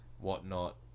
whatnot